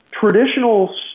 traditional